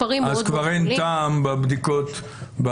אין טעם בחקירות.